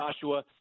Joshua